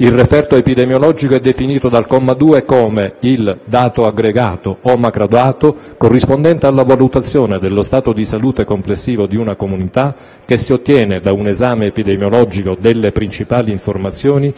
Il referto epidemiologico è definito dal comma 2 come il dato aggregato o macrodato corrispondente alla valutazione dello stato di salute complessivo di una comunità che si ottiene da un esame epidemiologico delle principali informazioni